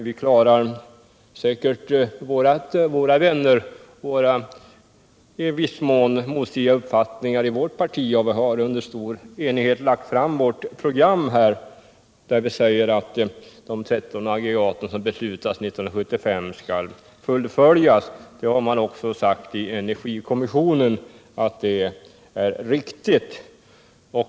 Vi klarar säkert de i viss mån motstridiga uppfattningar som finns inom vårt parti — vi har i stor enighet lagt fram vårt program där vi säger att byggandet av de 13 aggregat som beslutades 1975 skall fullföljas. Även energikommissionen har sagt att det är riktigt.